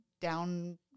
down